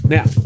Now